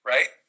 Right